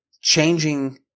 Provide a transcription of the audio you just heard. changing